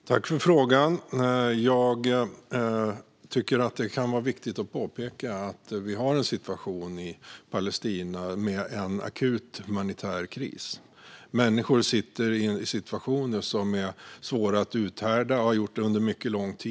Fru talman! Tack för frågan! Jag tycker att det kan vara viktigt att påpeka att situationen i Palestina utgör en akut humanitär kris. Människor befinner sig i en situation som är svår att uthärda och har gjort det under mycket lång tid.